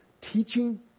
teaching